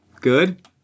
good